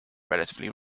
relatively